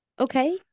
Okay